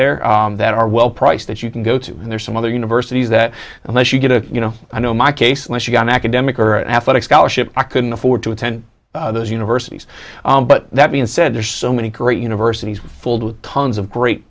there that are well priced that you can go to and there's some other universities that unless you get a you know i know my case unless you've got an academic or athletic scholarship i couldn't afford to attend those universities but that being said there are so many great universities fuld with tons of great